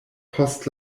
post